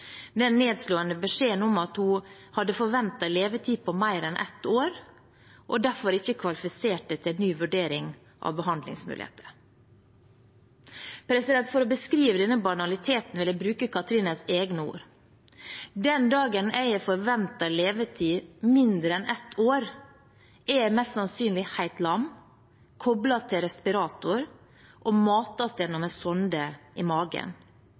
den nedslående beskjeden om at hun hadde forventet levetid på mer enn ett år, og derfor ikke kvalifiserte til en ny vurdering av behandlingsmuligheter. For å beskrive denne banaliteten vil jeg bruke Cathrines egne ord: Den dagen jeg har forventet levetid mindre enn ett år, er jeg mest sannsynlig helt lam, koblet til respirator og mates gjennom en sonde i magen.